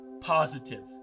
positive